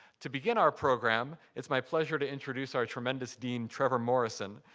to begin our program, it's my pleasure to introduce our tremendous dean trevor morrison,